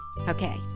okay